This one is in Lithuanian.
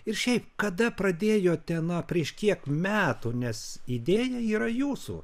ir šiaip kada pradėjote na prieš kiek metų nes idėja yra jūsų